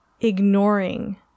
ignoring